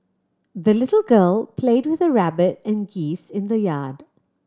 the little girl played with her rabbit and geese in the yard